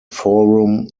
forum